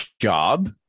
job